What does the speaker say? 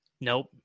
Nope